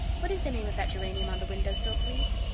what is the name of that geranium on the window-sill, please?